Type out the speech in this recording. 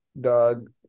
dog